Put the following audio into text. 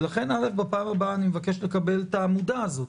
ולכן בפעם הבאה אני מבקש לקבל את העמודה הזאת.